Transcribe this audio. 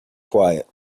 quiet